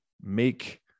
make